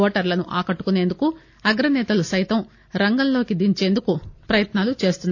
ఓటర్లను ఆకట్టుకుసేందుకు అగ్రసేతల సైతం రంగంలోకి దించేందుకు ప్రయత్నాలు చేస్తున్నారు